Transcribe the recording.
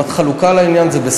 אם את חלוקה על העניין, זה בסדר.